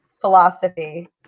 philosophy